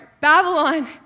Babylon